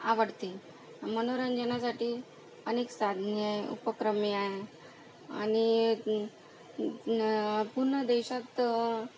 आवडते मनोरंजनासाठी अनेक साधने उपक्रमे आहे आणि पूर्ण देशात